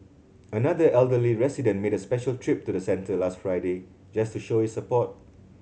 another elderly resident made a special trip to the centre last Friday just to show his support